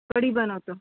कढी बनवतो